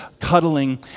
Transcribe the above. cuddling